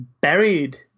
buried